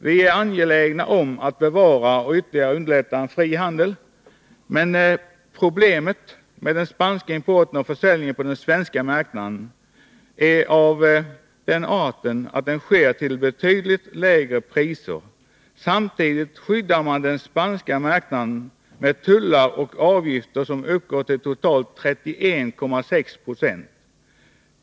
Vi är angelägna om att bevara och ytterligare underlätta en fri handel, men problemet med den spanska importen är av den arten att försäljningen på den svenska marknaden sker till betydligt lägre priser. Samtidigt skyddar man den spanska marknaden med tullar och avgifter, som uppgår till totalt 31,6 20.